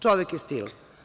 Čovek je stil.